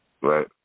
right